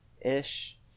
ish